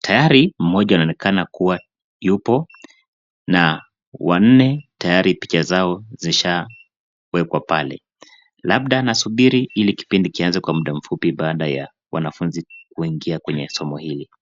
Tayari, mmoja anaonekana kuwa yupo na wanne tayari picha zao zishaawekwa pale. Labda anasubiri ili kipindi kianze kwa mda mfupi baada ya wanafunzi kuingia kwenye somo hili.